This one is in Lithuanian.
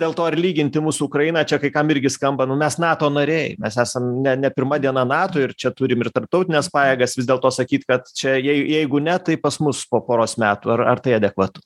dėl to ar lyginti mūsų ukrainą čia kai kam irgi skamba nu mes nato nariai mes esam ne ne pirma diena nato ir čia turim ir tarptautines pajėgas vis dėlto sakyt kad čia jei jeigu ne taip pas mus po poros metų ar ar tai adekvatu